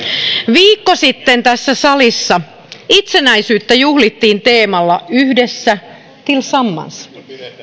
viikko sitten tässä salissa itsenäisyyttä juhlittiin teemalla yhdessä tillsammans